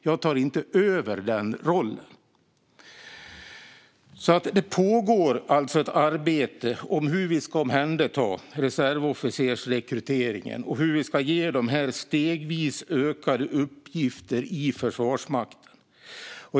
Jag tar inte över den rollen. Det pågår alltså ett arbete gällande hur vi ska omhänderta reservofficersrekryteringen och hur vi ska ge dem stegvis ökade uppgifter i Försvarsmakten.